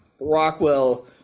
Rockwell